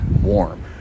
warm